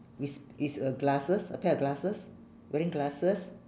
is is a glasses a pair of glasses wearing glasses